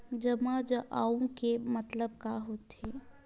जमा आऊ के मतलब का होथे?